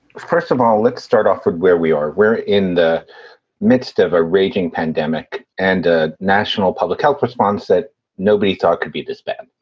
first of all, let's start off with where we are, where in the midst of a raging pandemic and ah national public health response that nobody thought could be this bad.